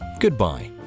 Goodbye